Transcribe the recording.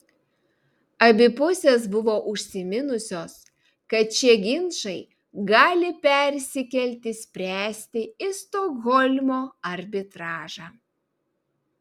abi pusės buvo užsiminusios kad šie ginčai gali persikelti spręsti į stokholmo arbitražą